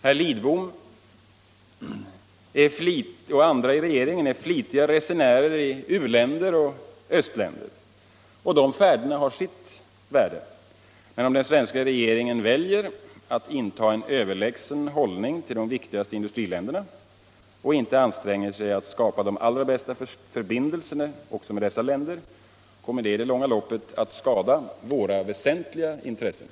Herr Lidbom och andra i regeringen är flitiga resenärer i u-länder och östländer. Dessa färder har sitt värde. Men om den svenska regeringen väljer att inta en överlägsen hållning till de viktigaste industriländerna och inte anstränger sig att skapa de allra bästa förbindelser också med dessa länder, kommer detta i det långa loppet att skada våra väsentliga intressen.